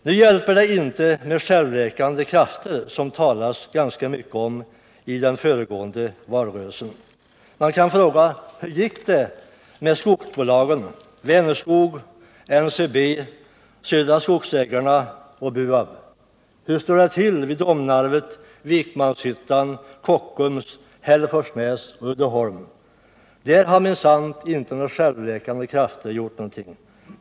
Nu räcker det inte med självläkande krafter, som det talades ganska mycket om i den föregående valrörelsen. Man kan ställa frågan: Hur gick det för skogsbolagen Vänerskog, NCB, Södra skogsägarna och BUAB? Hur står det till med Domnarvet, Kockums, Hälleforsnäs och Uddeholm? Där har minsann inte några självläkande krafter gjort någonting.